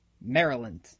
Maryland